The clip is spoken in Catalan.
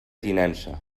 tinença